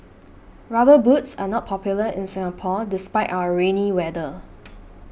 rubber boots are not popular in Singapore despite our rainy weather